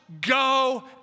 go